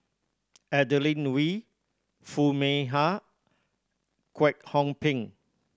Adeline Ooi Foo Mee Har Kwek Hong Png